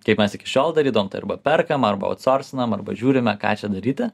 kaip mes iki šiol darydavom tai arba perkam arba outsorsinam arba žiūrime ką čia daryti arba susirenki